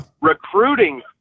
Recruiting